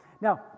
Now